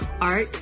art